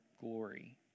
glory